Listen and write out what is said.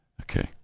Okay